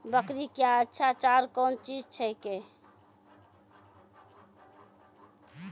बकरी क्या अच्छा चार कौन चीज छै के?